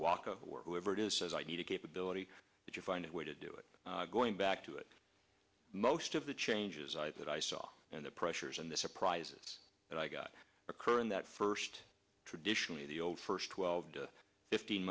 walk of work who ever it is says i need a capability that you find a way to do it going back to it most of the changes i thought i saw in the pressures and the surprises that i got occur in that first traditionally the old first twelve to fifteen